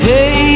Hey